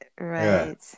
Right